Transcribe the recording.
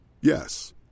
Yes